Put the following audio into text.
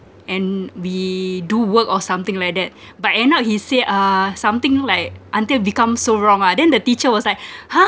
and we do work or something like that but end up he say uh something like until become so wrong ah then the teacher was like !huh!